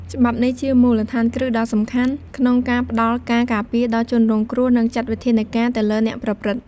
ច្បាប់នេះជាមូលដ្ឋានគ្រឹះដ៏សំខាន់ក្នុងការផ្ដល់ការការពារដល់ជនរងគ្រោះ និងចាត់វិធានការទៅលើអ្នកប្រព្រឹត្ត។